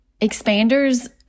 Expanders